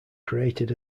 created